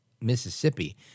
Mississippi